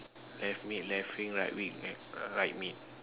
left mid left wing right mid right mid